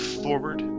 forward